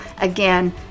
again